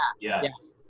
Yes